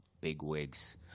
bigwigs